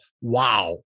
wow